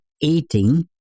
eating